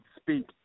speak